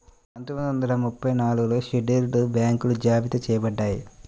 పందొమ్మిది వందల ముప్పై నాలుగులో షెడ్యూల్డ్ బ్యాంకులు జాబితా చెయ్యబడ్డాయి